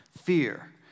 fear